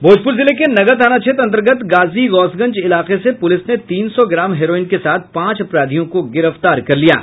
भोजपुर जिले के नगर थाना क्षेत्र अंतर्गत गाजी गौसगंज ईलाके से पुलिस ने तीन सौ ग्राम हेरोइन के साथ पांच अपराधियों को गिरफ्तार कर लिया है